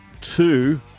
two